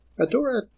Adora